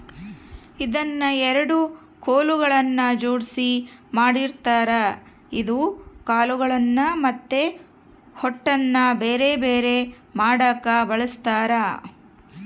ಇದನ್ನ ಎರಡು ಕೊಲುಗಳ್ನ ಜೊಡ್ಸಿ ಮಾಡಿರ್ತಾರ ಇದು ಕಾಳುಗಳ್ನ ಮತ್ತೆ ಹೊಟ್ಟುನ ಬೆರೆ ಬೆರೆ ಮಾಡಕ ಬಳಸ್ತಾರ